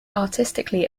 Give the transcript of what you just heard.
artistically